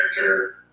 character